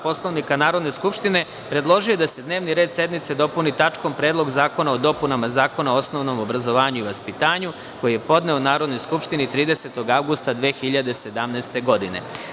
Poslovnika Narodne skupštine, predložio je da se dnevni red sednice dopuni tačkom – Predlog zakona o dopunama Zakona o osnovnom obrazovanju i vaspitanju, koji je podneo Narodnoj skupštini 30. avgusta 2017. godine.